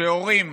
שהורים